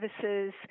services